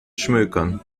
schmökern